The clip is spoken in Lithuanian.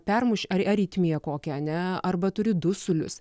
permuši ar aritmiją kokią ar ne arba turi dusulius